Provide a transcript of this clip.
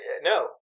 no